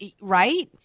right